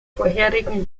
vorherigen